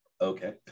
Okay